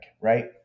right